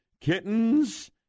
kittens